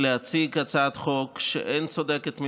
להציג הצעת חוק שאין צודקת ממנה,